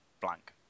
blank